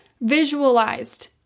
visualized